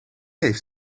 heeft